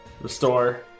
Restore